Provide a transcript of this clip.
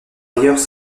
ailleurs